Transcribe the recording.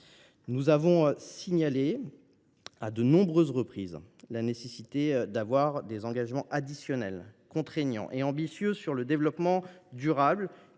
Nous avons signalé à de nombreuses reprises la nécessité d’avoir des engagements additionnels contraignants et ambitieux sur le développement durable.